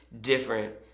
different